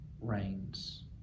reigns